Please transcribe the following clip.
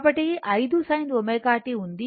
కాబట్టి 5 sin ω t ఉంది